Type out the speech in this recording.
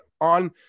on